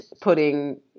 putting